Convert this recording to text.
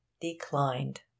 Declined